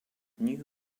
new